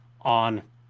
on